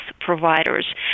providers